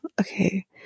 okay